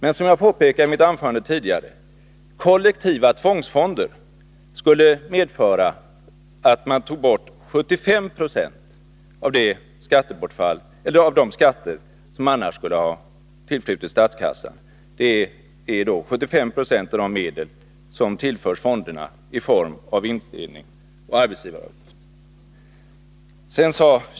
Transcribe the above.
Men som jag påpekade i mitt tidigare anförande skulle kollektiva tvångsfonder medföra att man förlorade mycket skatt som annars skulle ha flutit in i statskassan, nämligen hela 75 90 av de medel som tillförs fonderna i form av vinstutdelning och arbetsgivaravgifter.